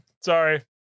Sorry